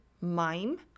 mime